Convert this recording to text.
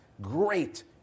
Great